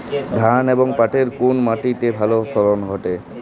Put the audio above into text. ধান এবং পাটের কোন মাটি তে ভালো ফলন ঘটে?